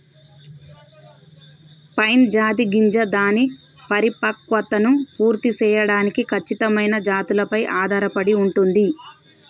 pine జాతి గింజ దాని పరిపక్వతను పూర్తి సేయడానికి ఖచ్చితమైన జాతులపై ఆధారపడి ఉంటుంది